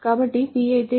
కాబట్టి P అయితే